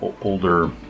older